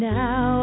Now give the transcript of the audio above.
now